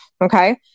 Okay